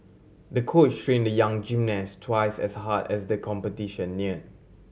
the coach train the young gymnast twice as hard as the competition near